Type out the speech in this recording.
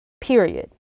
period